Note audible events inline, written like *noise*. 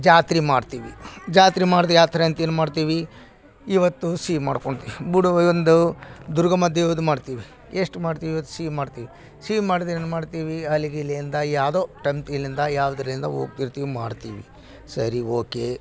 ಜಾತ್ರೆ ಮಾಡ್ತೀವಿ ಜಾತ್ರೆ ಮಾಡಿ ಯಾತ್ರೆ ಅಂತ ಏನು ಮಾಡ್ತೀವಿ ಇವತ್ತು ಸಿಹಿ ಮಾಡ್ಕೊತೀವಿ ಬಡವ ಎಂದು ದುರ್ಗಮ್ಮ ದೇವುದು ಮಾಡ್ತೀವಿ ಎಷ್ಟು ಮಾಡ್ತೀವಿ ಸಿಹಿ ಮಾಡ್ತೀವಿ ಸಿಹಿ ಮಾಡ್ದೇನು ಮಾಡ್ತೀವಿ ಅಲ್ಲಿ ಗಿಲ್ಯಿಂದ ಯಾವ್ದೋ *unintelligible* ಯಾವುದ್ರಿಂದ ಹೋಗ್ತಿರ್ತೀವಿ ಮಾಡ್ತೀವಿ ಸರಿ ಓಕೆ